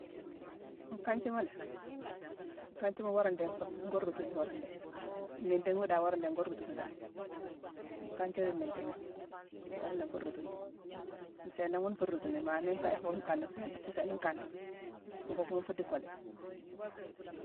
Nkanji ma lé; nkanjima wora ndééne nfuu-ngo rootuni wora ndéé. Mmintéghima dan woré ndééne ngo rootuni dan. Nkanji di mmintéghi wora ndééne ngo rootuni. Sééna ghune nfuu rootuni, maa nii nkaye foo nkandi nsééna nsééna nkandi, nguckma nfuu di goléyé.